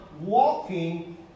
walking